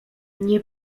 nie